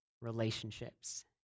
relationships